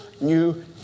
new